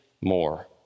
more